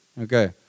Okay